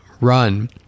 run